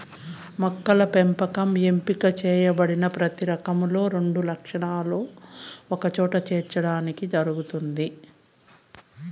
మొక్కల పెంపకం ఎంపిక చేయబడిన ప్రతి రకంలో రెండు లక్షణాలను ఒకచోట చేర్చడానికి జరుగుతుంది